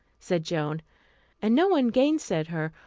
said joan and no one gainsaid her,